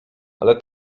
ale